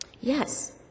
Yes